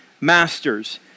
Masters